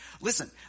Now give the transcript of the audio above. Listen